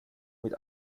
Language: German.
mit